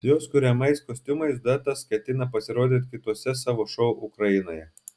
su jos kuriamais kostiumais duetas ketina pasirodyti kituose savo šou ukrainoje